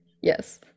yes